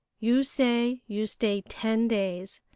you say you stay ten days.